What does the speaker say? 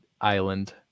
island